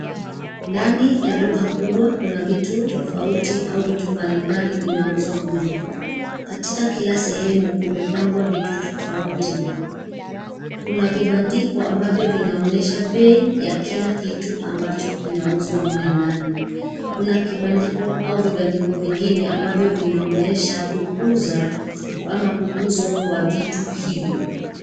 Ndani ya duka kubwa kuna vitu tofauti au vitu mbalimbali vinauzwa mle. Katika kila sehemu, kumepangwa vitu tofauti. Kuna vibandiko ambavyo vinaonesha bei ya kila kitu ambacho kinauzwa mle ndani, kuna kibandiko au vibandiko vingine ambavyo vinaonyesha kukuza ama kukuzwa kwa vitu hivyo.